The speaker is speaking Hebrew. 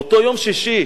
באותו יום שישי,